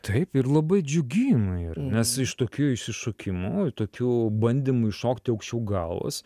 taip ir labai džiugi jinai yra nes iš tokių išsišokimų tokių bandymų iššokti aukščiau galvos